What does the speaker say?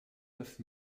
neuf